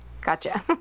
Gotcha